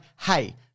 hey